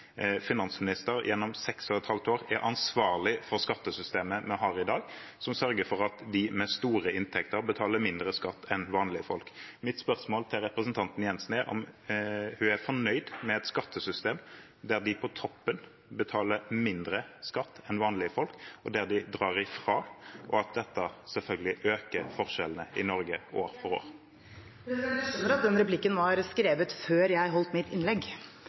finansminister gjennom seks og et halvt år er hun ansvarlig for skattesystemet vi har i dag, som sørger for at de med store inntekter betaler mindre skatt enn vanlige folk. Mitt spørsmål til representanten Jensen er om hun er fornøyd med et skattesystem der de på toppen betaler mindre skatt enn vanlige folk, og der de drar ifra, og at dette selvfølgelig øker forskjellene i Norge år for år? Jeg skjønner at den replikken var skrevet før jeg holdt mitt innlegg.